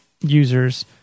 users